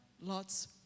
Lot's